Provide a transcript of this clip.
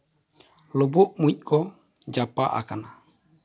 ᱞᱩᱵᱩᱜ ᱢᱩᱡ ᱠᱚ ᱡᱟᱯᱟᱜ ᱟᱠᱟᱱᱟ